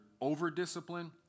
over-discipline